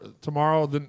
tomorrow